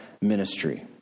ministry